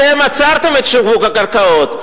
אתם עצרתם את שיווק הקרקעות,